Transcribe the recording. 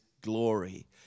glory